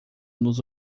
nos